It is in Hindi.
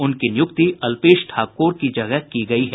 उनकी नियुक्ति अल्पेश ठाकोर की जगह की गयी है